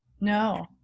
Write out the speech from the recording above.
no